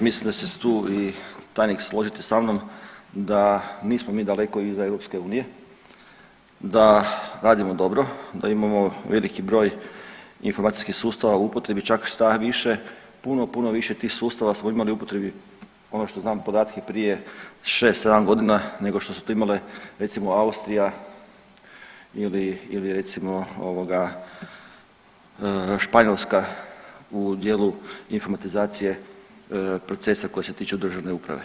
Mislim da će se tu i tajnik složiti sa mnom, da nismo mi daleko iza EU, da radimo dobro, da imamo veliki broj informacijskih sustava u upotrebi, čak šta više, puno, puno više tih sustava smo imali u upotrebi, ono što znam podatke prije 6, 7 godina nego što su to imale recimo Austrija ili recimo, ovoga, Španjolska u dijelu informatizacije procesa koji se tiču državne uprave.